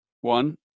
one